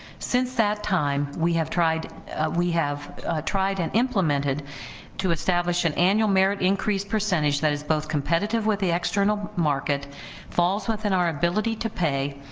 since that time we have tried have tried and implemented to establish an annual merit increase percentage that is both competitive with the external market falls within our ability to pay,